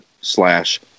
slash